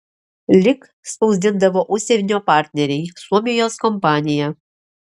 lik spausdindavo užsienio partneriai suomijos kompanija